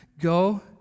Go